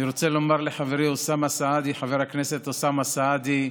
אני רוצה לומר לחברי חבר הכנסת אוסאמה סעדי,